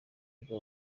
ubwa